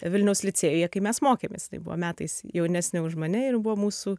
vilniaus licėjuje kai mes mokėmės jinai buvo metais jaunesnė už mane ir buvo mūsų